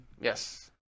Yes